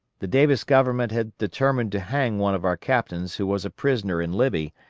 the davis government had determined to hang one of our captains who was a prisoner in libby,